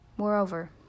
Moreover